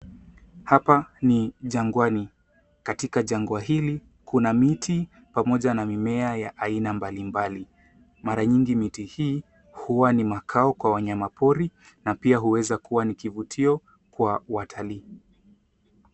Hapa ni jangwani. Katika jangwa hili kuna miti pamoja na mimea ya aina mbali mbali. Mara nyingi miti hii huwa ni makao kwa wanyama pori, na pia huweza kua ni kivutio kwa watalii.